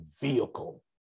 vehicle